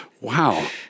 Wow